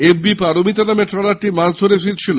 F B Paromita নামে ট্রলারেটি মাছ ধরে ফিরছিল